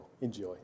Enjoy